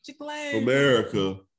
America